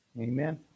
Amen